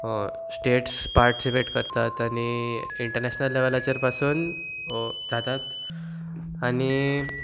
states participate करतात आनी international लेवलाचेर पासून जातात आनी